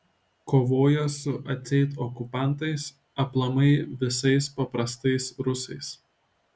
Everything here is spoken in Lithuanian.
kovojo su atseit okupantais aplamai visais paprastais rusais